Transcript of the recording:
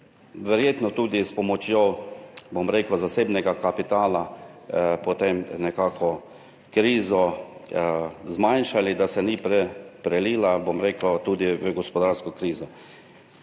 verjetno tudi s pomočjo zasebnega kapitala potem nekako zmanjšali krizo, da se ni prelila tudi v gospodarsko krizo.